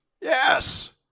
Yes